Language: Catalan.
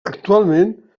actualment